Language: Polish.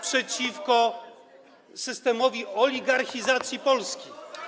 przeciwko procesowi oligarchizacji Polski.